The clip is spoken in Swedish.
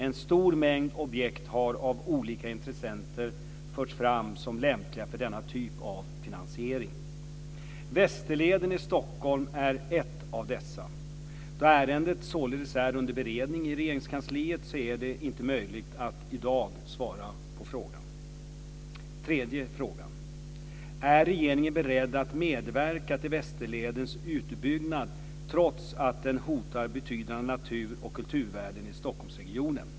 En stor mängd objekt har av olika intressenter förts fram som lämpliga för denna typ av finansiering. Västerleden i Stockholm är ett av dessa. Då ärendet således är under beredning i Regeringskansliet är det inte möjligt att i dag svara på frågan. 3. Är regeringen beredd att medverka till Västerledens utbyggnad trots att den hotar betydande natur och kulturvärden i Stockholmsregionen?